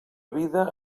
vida